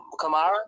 Kamara